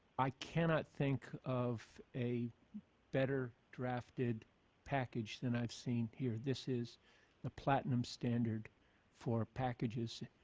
i cannot think of a better drafted package than i've seen here. this is the platinum standard for packages.